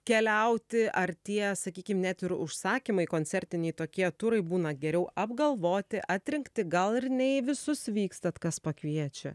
keliauti ar tie sakykim net ir užsakymai koncertiniai tokie turai būna geriau apgalvoti atrinkti gal ir ne į visus vykstat kas pakviečia